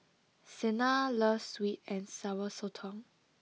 Sena loves sweet and sour Sotong